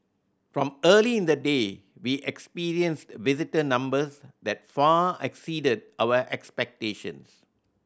from early in the day we experienced visitor numbers that far exceeded our expectations